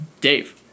Dave